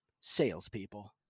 salespeople